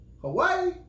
Hawaii